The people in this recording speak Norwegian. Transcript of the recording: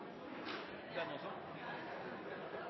den også